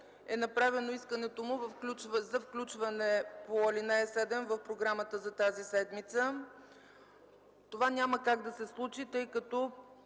е направено искането за включването му по ал. 7 в програмата за тази седмица. Това няма как да се случи, тъй като